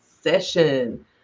session